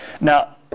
Now